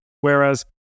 Whereas